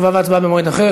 תשובה והצבעה במועד אחר.